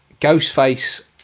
Ghostface